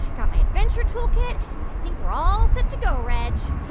got my adventure toolkit. i think we're all set to go, reg